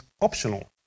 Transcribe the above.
optional